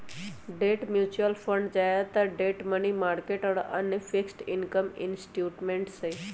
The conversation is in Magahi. डेट म्यूचुअल फंड ज्यादातर डेट, मनी मार्केट और अन्य फिक्स्ड इनकम इंस्ट्रूमेंट्स हई